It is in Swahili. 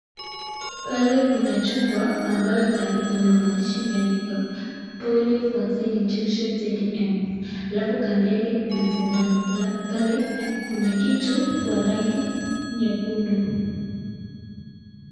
Pale kuna chupa ambaye iko na maandishi ime andikwa Polio vaccine injection 20m , alafu kando yake kuna sindano, alafu pale kuna kitu kwa rangi nyekundu.